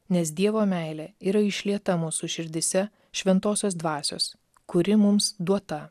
nes dievo meilė yra išlieta mūsų širdyse šventosios dvasios kuri mums duota